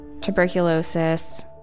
tuberculosis